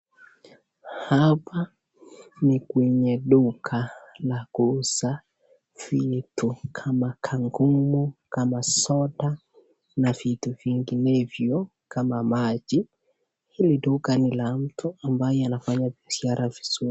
Hapa ni kwenye duka la kuuza vitu kama soda na vitu vinginevyo kama maji, hili duka ni la mtu ambye anafanya biashara vizuri.